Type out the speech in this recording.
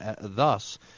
Thus